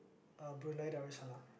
uh Brunei-Darussalam